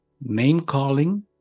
name-calling